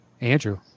Andrew